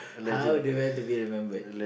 how do you have to remembered